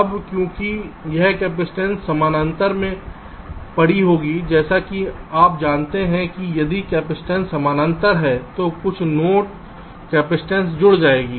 अब क्योंकि यह कपसिटंस समानांतर में पड़ी होगी जैसा कि आप जानते हैं कि यदि कपसिटंस समांतर है तो कुल नोट कपसिटंस जुड़ जाएगी